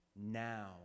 Now